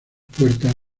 puertas